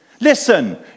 Listen